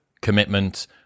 commitment